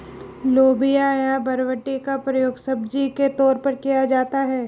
लोबिया या बरबटी का प्रयोग सब्जी के तौर पर किया जाता है